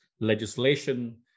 legislation